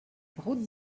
route